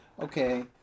okay